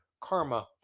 karma